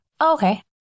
Okay